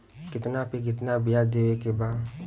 कितना पे कितना व्याज देवे के बा?